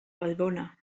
vallbona